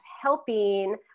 helping